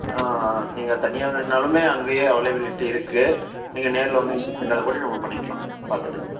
ஆ நீங்கள் தனியாக வேணுனாலுமே அங்கேயே அவைலபிலிட்டி இருக்குது நீங்கள் நேரில் வந்து விசிட் பண்ணாத கூட நம்ம பண்ணிக்கலாம் பார்த்துட்டு